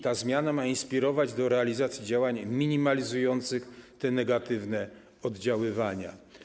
Ta zmiana ma inspirować do realizacji działań minimalizujących te negatywne oddziaływania.